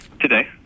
today